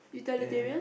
then